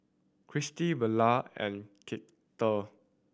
Kristy Bula and Karter